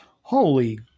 holy